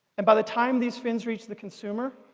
and by the time these fins reach the consumer,